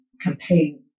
campaign